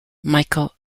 michael